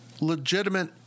legitimate